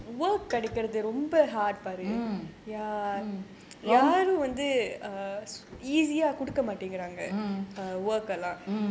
mm mm mm mm